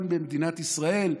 גם במדינת ישראל,